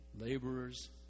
Laborers